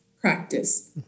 practice